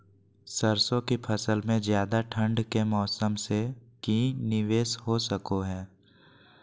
सरसों की फसल में ज्यादा ठंड के मौसम से की निवेस हो सको हय?